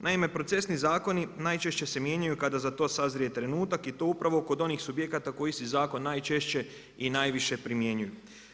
Naime, procesni zakoni najčešće se mijenjaju kada za to sazrije trenutak i to upravo kod onih subjekata kod kojih se zakon najčešće i najviše primjenjuju.